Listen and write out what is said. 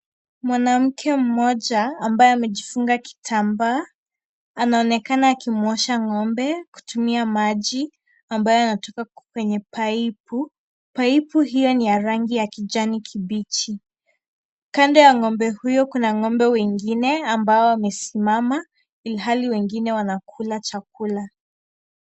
Mwanamke mmoja ambaye amejifunga kitambaa, ananonekana akimwosha ngo'mbe kutumia maji ambayo yanatoka kwenye Pipe . Pipe hiyo ni ya rangi ya kijani kibichi. Kando ya ngo'mbe huyo kuna ngo'mbe wengine ambao wamesimama ilihali wengine wanakula chakula.